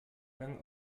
lang